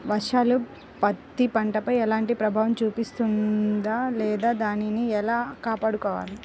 వర్షాలు పత్తి పంటపై ఎలాంటి ప్రభావం చూపిస్తుంద లేదా దానిని ఎలా కాపాడుకోవాలి?